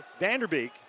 Vanderbeek